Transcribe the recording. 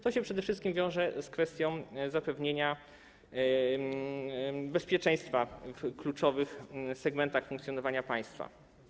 To się przede wszystkim wiąże z kwestią zapewnienia bezpieczeństwa w kluczowych segmentach funkcjonowania państwa.